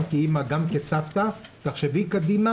גם כאימא וגם כסבתא תחשבי קדימה,